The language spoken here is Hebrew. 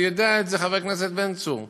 ויודע את זה חבר הכנסת בן צור,